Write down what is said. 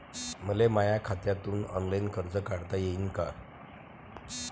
मले माया खात्यातून ऑनलाईन कर्ज काढता येईन का?